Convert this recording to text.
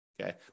okay